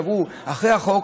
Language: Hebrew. שאמרו אחרי החוק,